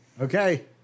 okay